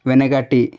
వెనకటి